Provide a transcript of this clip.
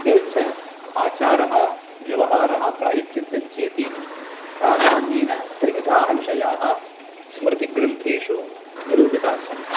एवञ्च आचारः व्यवहारः प्रायश्चित्तञ्चेति प्राधान्येन त्रिविधाः विषयाः स्मृतिग्रन्थेषु निरूपितास्सन्ति